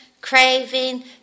craving